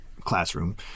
classroom